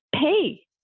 pay